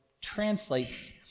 translates